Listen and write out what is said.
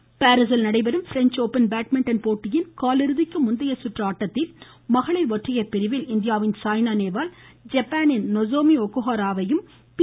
badminton பாரீசில் நடைபெறும் French Open badminton போட்டியின் காலிறுதிக்கு முந்தைய சுற்று ஆட்டத்தில் மகளிர் ஒற்றையர் பிரிவில் இந்தியாவின் சாய்னா நேவால் ஜப்பானின் நொசாமி ஒக்கோகாராவையும் பி